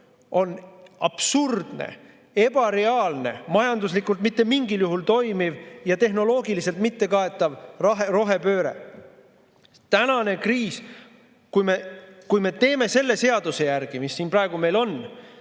on absurdne, ebareaalne, majanduslikult mitte mingil juhul toimiv ja tehnoloogiliselt mittekaetav rohepööre. Kui me tegutseme selle seaduse järgi, mis meil praegu siin on,